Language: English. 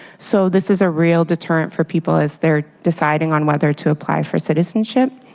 so this is a real deterrent for people as they are deciding on whether to apply for citizenship.